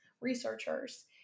researchers